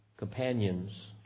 companions